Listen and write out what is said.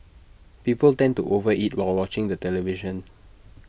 people tend to over eat while watching the television